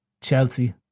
Chelsea